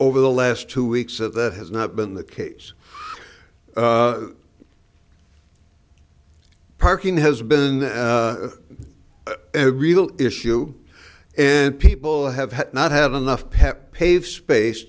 over the last two weeks that has not been the case parking has been a real issue and people have not had enough pep paved space